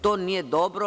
To nije dobro.